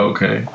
Okay